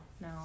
No